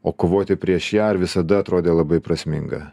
o kovoti prieš ją ar visada atrodė labai prasminga